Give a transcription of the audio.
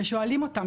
ושואלים אותם,